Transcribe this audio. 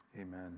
Amen